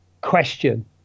question